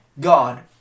God